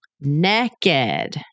naked